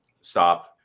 Stop